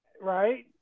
right